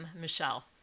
Michelle